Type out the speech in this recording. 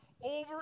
Over